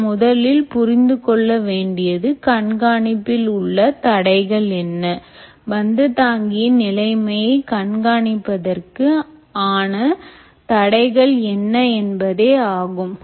நாம் முதலில் புரிந்து கொள்ள வேண்டியது கண்காணிப்பில் உள்ள தடைகள் என்ன பந்து தாங்கியின் நிலைமை கண்காணிப்பதற்கு ஆன தடைகள் என்ன என்பதே ஆகும்